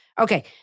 Okay